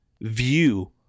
view